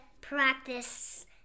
practice